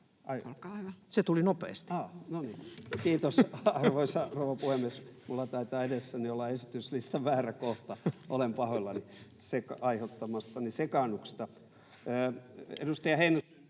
Ahaa, no niin, kiitos, arvoisa rouva puhemies! Minulla taitaa edessäni olla esityslistan väärä kohta. Olen pahoillani aiheuttamastani sekaannuksesta.